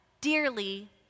dearly